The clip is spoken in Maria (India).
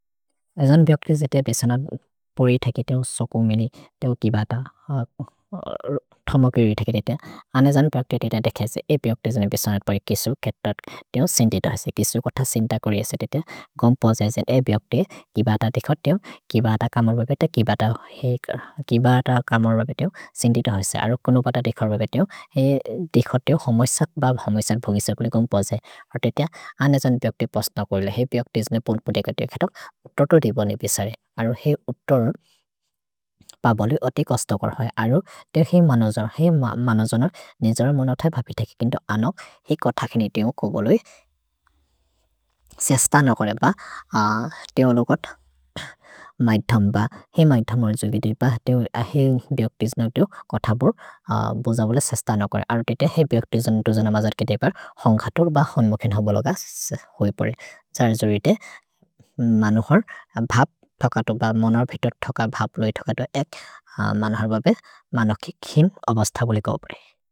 अजन् ब्यक्ति जेते बेसनत् प्रए थेके ते ओ सकुमिनि ते ओ किबत थमगिरि थेके ते। अनेजन् ब्यक्ति जेते देखेजे ए ब्यक्ति जेने बेसनत् प्रए किसुर् केतत् ते ओ सिन्दित हसे। किसुर् कोथ सिन्दित कोरि हसे ते ते। गोम्पोजे जेने ए ब्यक्ति किबत देख ते ओ किबत कमर्बबे ते ओ सिन्दित हसे। अरु कुनु बत देख रबे ते ओ देख ते ओ होमोय्सक् बब् होमोय्सक् भोगिसक् लि गोम्पोजे। अरु ते ते अनेजन् ब्यक्ति पसनत् कोरि ले हे ब्यक्ति जेने पुन्पुतेक देख तोक् तोतोदि बोनिबिसरे। अरु हे उतोरोन् बबोलि ओति कोस्तोगर् होइ। अरु ते हे मनजोन् हे मनजोनर् निजर मोनोथै भभि थेके किन्तो अनो हे कोथकिनि ते ओ कोबोलि सेस्तन कोरे ब ते ओलोगत् मैथम् ब हे मैथम् मर्जुबिदि ब ते हे ब्यक्ति जेने ते ओ कोथबुर् बोजबुले सेस्तन कोरे। अरु ते ते हे ब्यक्ति जेने दुजन मजर् के देख होन्घतुर् ब होन्मुखिन् होबोलोगस् होइ परे। छ्हर्जोरि ते मनोहर् भब् थकतु ब मोनर्भितोर् थक भब्लोइ थकतु एक् मनोहर् बबे मनकिखिन् अवस्थ गोलि कोबोरे।